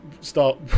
start